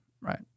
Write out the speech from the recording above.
Right